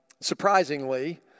surprisingly